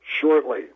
shortly